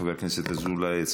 חבר הכנסת אזולאי,